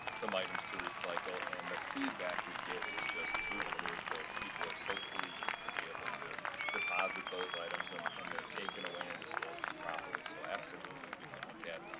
some items to recycle and the feedback we get is just through the roof of people are so pleased to be able to deposit those items and and they're taken away and dispose of properly. so absolutely we can look at,